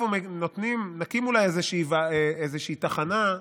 נקים אולי איזושהי תחנה,